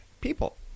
people